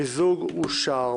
המיזוג אושר.